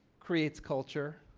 creates culture.